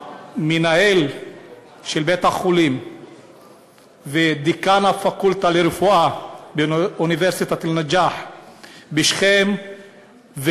המנהל של בית-החולים ודיקן הפקולטה לרפואה באוניברסיטת א-נג'אח בשכם,